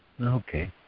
Okay